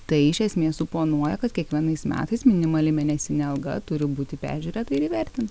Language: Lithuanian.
tai iš esmės suponuoja kad kiekvienais metais minimali mėnesinė alga turi būti peržiūrėta ir įvertint